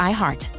Iheart